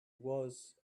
was